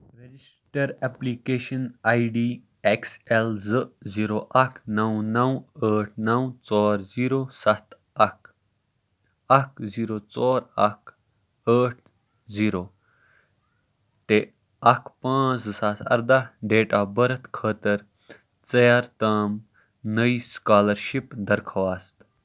register application I D X L زٕ zero اکھ نَو نَو ٲٹھ نَو ژور زیٖرو سَتھ اَکھ اکھ زیٖرو ژور اکھ ٲٹھ زیٖرو تہِ اکھ پانٛژھ زٕ ساس اَرداہ ڈیٹ آف بٔرٕتھ خٲطرٕ ژیر تام نٔے سُکالرشِپ درخواستہٕ